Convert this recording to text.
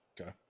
Okay